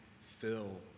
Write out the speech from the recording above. fill